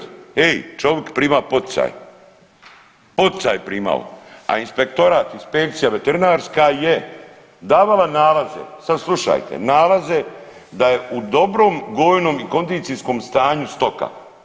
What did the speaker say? Ej, čovik prima poticaj, poticaje primao, a inspektorat, inspekcija veterinarska je davala nalaze, sad slušajte, nalaze da je u dobrom gojnom i kondicijskom stanju stoka.